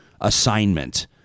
assignment